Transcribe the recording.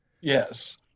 Yes